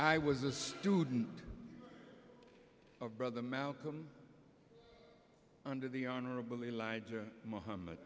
i was a student of brother malcolm under the honorable elijah muhamm